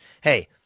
Hey